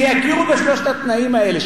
שיכירו בשלושת התנאים האלה.